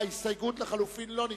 ההסתייגות לא נתקבלה.